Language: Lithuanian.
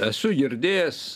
esu girdėjęs